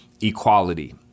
equality